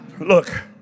Look